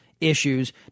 issues